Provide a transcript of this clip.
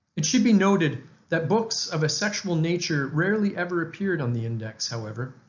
it should be noted that books of a sexual nature rarely ever appeared on the index, however.